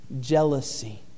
jealousy